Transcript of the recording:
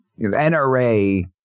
NRA